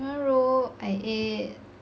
Cinnamon roll I ate